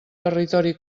territori